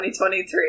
2023